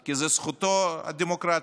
כי זו זכותו הדמוקרטית.